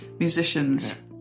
musicians